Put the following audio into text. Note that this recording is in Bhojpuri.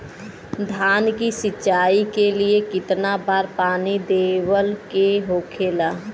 धान की सिंचाई के लिए कितना बार पानी देवल के होखेला?